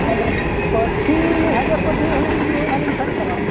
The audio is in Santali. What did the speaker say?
ᱟᱨ ᱯᱟᱹᱴᱷᱤ ᱩᱱᱤ ᱦᱮᱸᱫᱮ ᱯᱟᱹᱴᱷᱤ ᱦᱩᱱᱟᱹᱝ ᱵᱤᱱ ᱮᱢᱟᱞᱤᱧ ᱠᱷᱟᱱ ᱜᱟᱱᱚᱜᱼᱟ